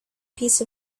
piece